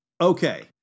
Okay